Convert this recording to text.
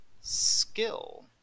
skill